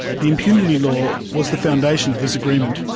the impunity law was the foundation of this agreement.